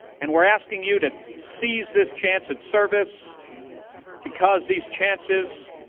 and we're asking you to seize this chance at service because these chances,